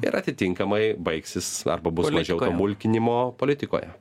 ir atitinkamai baigsis arba bus mažiau mulkinimo politikoje